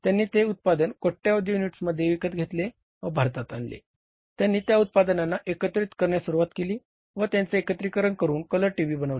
त्यांनी ते उत्पादन कोट्यावधी युनिट्समध्ये विकत घेतले व भारतात आणले त्यांनी त्या उत्पादनांना एकत्रित करण्यास सुरुवात केली व त्यांचे एकत्रीकरण करून कलर टीव्ही बनविली